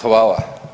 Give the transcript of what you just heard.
Hvala.